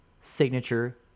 signature